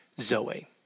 Zoe